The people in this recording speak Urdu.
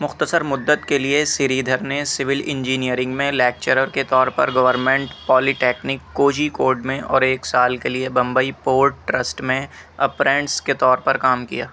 مختصر مدت کے لیے سری دھر نے سول انجینئرنگ میں لیکچرر کے طور پر government polytechnic Kozhikode میں اور ایک سال کے لیے بمبئی پورٹ ٹرسٹ میں اپرینٹس کے طور پر کام کیا